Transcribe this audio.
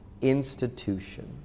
institution